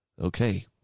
Okay